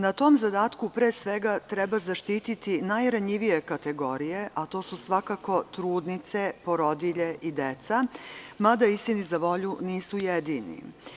Na tom zadatku pre svega treba zaštiti najranjivije kategorije, a to su svakako trudnice, porodilje i deca, mada, istini za volju, nisu jedini.